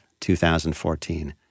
2014